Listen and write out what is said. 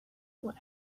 what